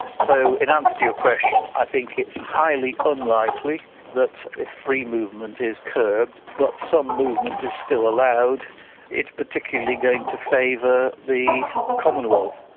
so in answer um to your question, i think it's highly unlikely that if free movement is curbed but some movement is still allowed it's particularly going to favour the commonwealth.